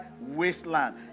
wasteland